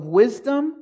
wisdom